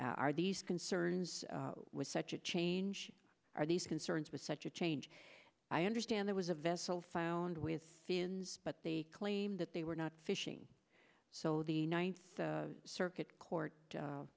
finning are these concerns with such a change are these concerns with such a change i understand there was a vessel found with fins but they claim that they were not fishing so the ninth circuit court a